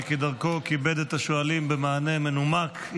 שכדרכו כיבד את השואלים במענה מנומק,